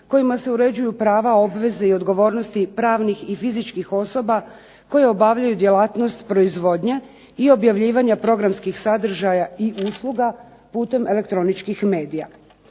kojima se uređuju prava, obveze i odgovornosti pravnih i fizičkih osoba koje obavljaju djelatnost proizvodnje i objavljivanja programskih sadržaja i usluga putem elektroničkih medija.